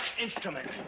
instrument